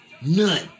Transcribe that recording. None